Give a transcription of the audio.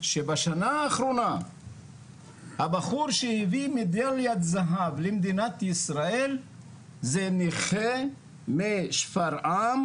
שבשנה האחרונה הבחור שהביא מדליית זהב למדינת ישראל זה נכה משפרעם,